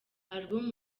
album